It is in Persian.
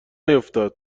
نیفتاد